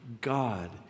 God